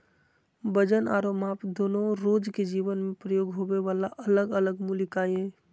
वजन आरो माप दोनो रोज के जीवन मे प्रयोग होबे वला अलग अलग मूल इकाई हय